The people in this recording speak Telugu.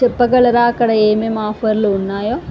చెప్పగలరా అక్కడ ఏమేమి ఆఫర్లు ఉన్నాయో